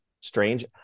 strange